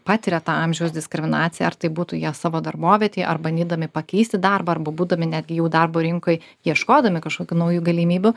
patiria tą amžiaus diskriminaciją ar tai būtų jie savo darbovietėj ar bandydami pakeisti darbą arba būdami netgi jau darbo rinkoj ieškodami kažkokių naujų galimybių